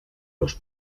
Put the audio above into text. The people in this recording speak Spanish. los